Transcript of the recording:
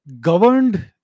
governed